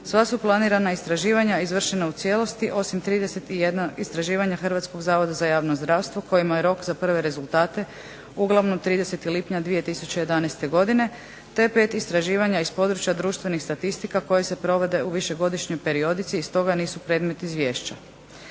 Sva su planirana istraživanja izvršena u cijelosti osim 31 istraživanja Hrvatskog zavoda za javno zdravstvo kojima je rok za prve rezultate uglavnom 30. lipnja 2011. godine te 5 istraživanja iz područja društvenih statistika koje se provode u višegodišnjoj periodici i stoga nisu predmet izvješća.